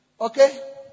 okay